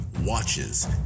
watches